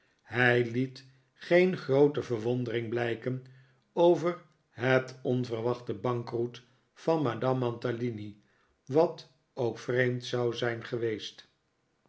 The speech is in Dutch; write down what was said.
hij liet geen groote verwondering blijken over het onverwachte bankroet van madame mantalini wat ook vreemd zou zijn geweest